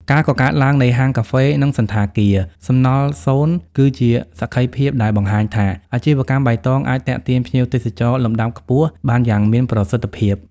ការកកើតឡើងនៃហាងកាហ្វេ និងសណ្ឋាគារ "សំណល់សូន្យ" គឺជាសក្ខីភាពដែលបង្ហាញថា អាជីវកម្មបៃតងអាចទាក់ទាញភ្ញៀវទេសចរលំដាប់ខ្ពស់បានយ៉ាងមានប្រសិទ្ធភាព។